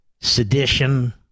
sedition